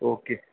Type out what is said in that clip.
okay